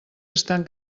estan